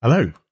Hello